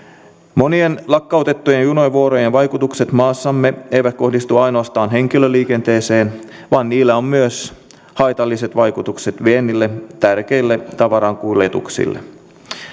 monien lakkautettujen junavuorojen vaikutukset maassamme eivät kohdistu ainoastaan henkilöliikenteeseen vaan niillä on myös haitalliset vaikutukset viennille tärkeille tavarankuljetuksille